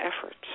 efforts